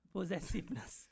Possessiveness